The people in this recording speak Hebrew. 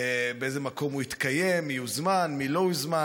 באיזה מקום הוא יתקיים, מי יוזמן, מי לא יוזמן.